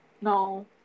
No